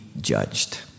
judged